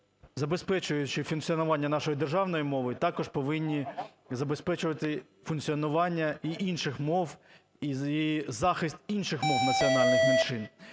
забезпечуючи функціонування нашої державної мови, також повинні забезпечувати функціонування і інших мов і захист інших мов національних меншин.